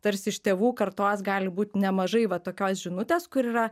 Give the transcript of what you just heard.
tarsi iš tėvų kartos gali būt nemažai va tokios žinutės kur yra